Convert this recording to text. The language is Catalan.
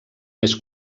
més